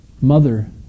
mother